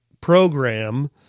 program